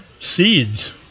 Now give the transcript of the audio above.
seeds